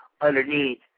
underneath